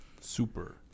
Super